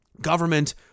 government-